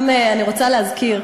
גם אני רוצה להזכיר,